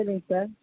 சரிங் சார்